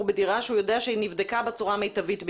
בדירה שהוא יודע שהיא נבדקה בצורה מיטבית ביותר.